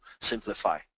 simplify